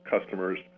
customers